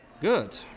Good